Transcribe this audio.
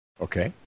Okay